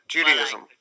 Judaism